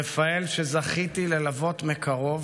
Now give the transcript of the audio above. רפאל, שזכיתי ללוות מקרוב